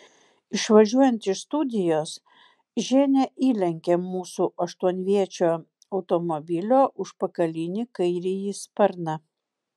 išvažiuojant iš studijos ženia įlenkė mūsų aštuonviečio automobilio užpakalinį kairįjį sparną